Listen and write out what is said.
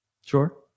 Sure